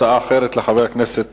הצעה אחרת לחבר הכנסת